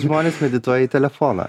žmonės medituoja į telefoną